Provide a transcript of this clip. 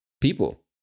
people